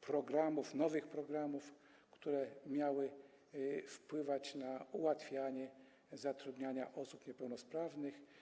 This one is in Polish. programów, nowych programów, które miały wpływać na ułatwianie zatrudniania osób niepełnosprawnych.